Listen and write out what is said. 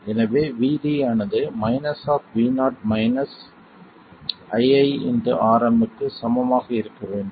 எனவே Vd ஆனது Vo ii Rm க்கு சமமாக இருக்க வேண்டும்